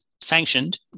sanctioned